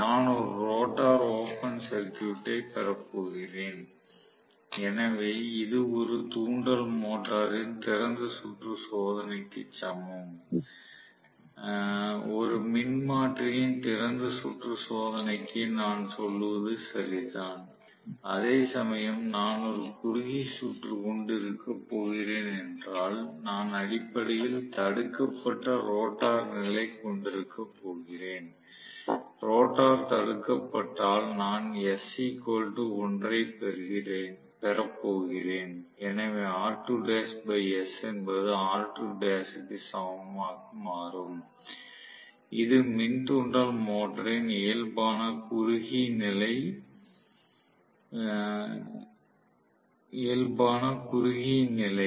நான் ஒரு rotor open சர்க்யூட்டைப் பெறப் போகிறேன் எனவே இது ஒரு தூண்டல் மோட்டரின் திறந்த சுற்று சோதனைக்கு 9open circuit test சமம் ஒரு மின்மாற்றியின் திறந்த சுற்று சோதனைக்கு நான் சொல்வது சரிதான் அதேசமயம் நான் ஒரு குறுகிய சுற்று கொண்டு இருக்கப் போகிறேன் என்றால் நான் அடிப்படையில் தடுக்கப்பட்ட ரோட்டார் நிலை கொண்டிருக்கப் போகிறேன் ரோட்டார் தடுக்கப்பட்டால் நான் s 1 ஐ பெற போகிறேன் எனவே R2l s என்பது R2l க்கு சமமாக மாறும் இது மின் தூண்டல் மோட்டரின் இயல்பான குறுகிய சுற்று நிலை